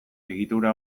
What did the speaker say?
egitura